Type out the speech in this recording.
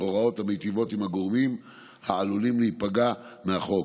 הוראות המיטיבות עם הגורמים העלולים להיפגע מהחוק.